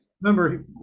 Remember